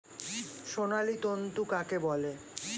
সোনালী তন্তু কাকে বলে?